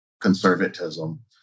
conservatism